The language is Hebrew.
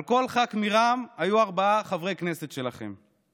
על כל ח"כ מרע"מ היו ארבעה חברי כנסת שלכם.